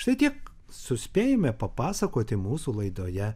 štai tiek suspėjome papasakoti mūsų laidoje